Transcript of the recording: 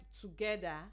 together